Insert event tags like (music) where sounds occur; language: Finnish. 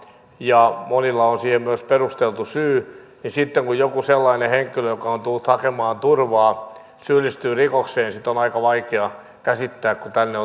ja monilla on siihen myös perusteltu syy niin sitten kun joku sellainen henkilö joka on tullut hakemaan turvaa syyllistyy rikokseen sitä on aika vaikea käsittää kun tänne (unintelligible)